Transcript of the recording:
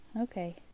Okay